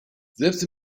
selbst